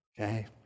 Okay